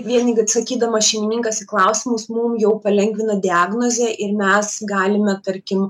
vien atsakydamas šeimininkas į klausimus mum jau palengvina diagnozę ir mes galime tarkim